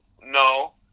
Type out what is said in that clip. No